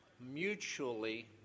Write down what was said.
mutually